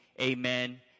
amen